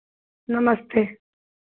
नमस्ते